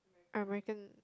American